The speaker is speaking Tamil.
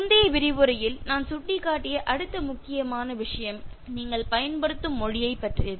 முந்தைய விரிவுரையில் நான் சுட்டிக்காட்டிய அடுத்த முக்கியமான விஷயம் நீங்கள் பயன்படுத்தும் மொழியைப் பற்றியது